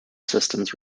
systems